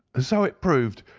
so it proved.